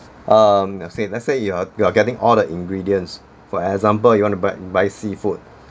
um let's say let's say you are you are getting all the ingredients for example you want to buy buy seafood